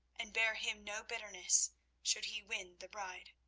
and bear him no bitterness should he win the bride.